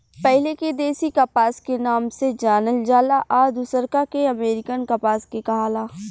पहिले के देशी कपास के नाम से जानल जाला आ दुसरका के अमेरिकन कपास के कहाला